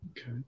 Okay